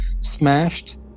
smashed